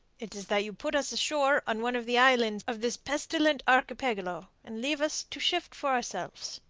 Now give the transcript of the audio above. it is that you put us ashore on one of the islands of this pestilent archipelago, and leave us to shift for ourselves.